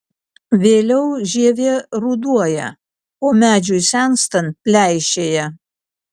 vėliau žievė ruduoja o medžiui senstant pleišėja